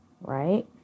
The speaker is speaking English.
Right